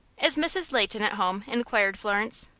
is mrs. leighton at home? inquired florence.